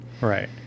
Right